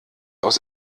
aus